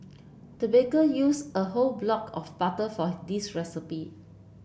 the baker used a whole block of butter for this recipe